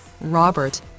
Robert